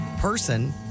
person